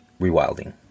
rewilding